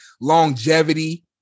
longevity